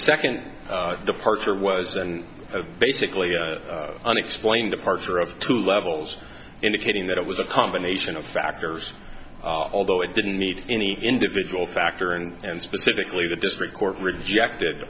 second departure was and basically unexplained departure of two levels indicating that it was a combination of factors although it didn't need any individual factor and specifically the district court rejected